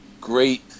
great